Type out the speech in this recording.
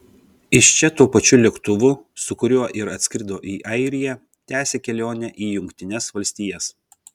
iš čia tuo pačiu lėktuvu su kuriuo ir atskrido į airiją tęsia kelionę į jungtines valstijas